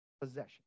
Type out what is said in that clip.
possession